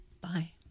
Bye